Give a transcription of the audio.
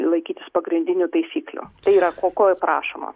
laikytis pagrindinių taisyklių tai yra ko ko ir prašoma